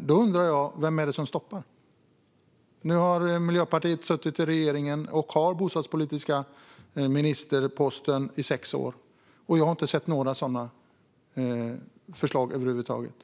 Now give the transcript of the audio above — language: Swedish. Då undrar jag: Vem är det som stoppar? Nu har Miljöpartiet suttit i regeringen och haft bostadsministerposten i sex år, och jag har inte sett några sådana förslag över huvud taget.